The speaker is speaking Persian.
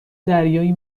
دریای